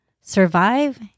survive